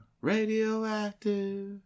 Radioactive